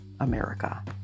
America